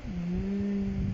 mmhmm